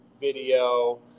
video